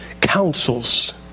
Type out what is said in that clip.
counsels